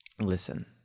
listen